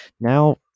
now